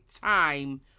time